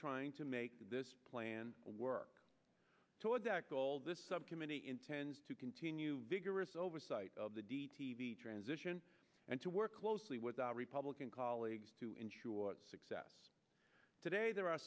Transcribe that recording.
trying to make this plan to work toward that goal this subcommittee intends to continue vigorous oversight of the d t d transition and to closely with our republican colleagues to ensure its success today there are